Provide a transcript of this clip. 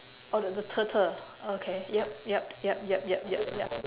oh the the turtle okay yup yup yup yup yup yup ya